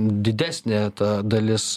didesnė ta dalis